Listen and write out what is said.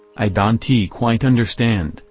i don t quite understand,